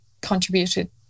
contributed